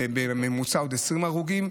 ובממוצע עוד 20 הרוגים.